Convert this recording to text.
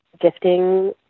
gifting